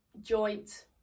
Joint